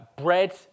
bread